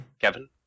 Kevin